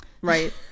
Right